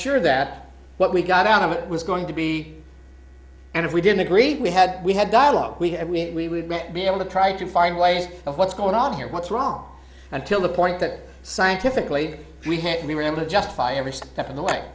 sure that what we got out of it was going to be and if we didn't agree we had we had dialogue and we met be able to try to find ways of what's going on here what's wrong until the point that scientifically we had we were able to justify every step of the way